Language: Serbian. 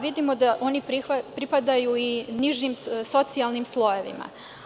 Vidimo da oni pripadaju nižim socijalnim slojevima.